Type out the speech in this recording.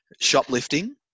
shoplifting